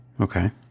okay